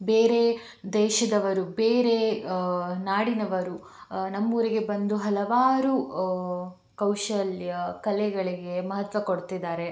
ಬೇರೆ ದೇಶದವರು ಬೇರೆ ನಾಡಿನವರು ನಮ್ಮ ಊರಿಗೆ ಬಂದು ಹಲವಾರು ಕೌಶಲ್ಯ ಕಲೆಗಳಿಗೆ ಮಹತ್ವ ಕೊಡ್ತಿದ್ದಾರೆ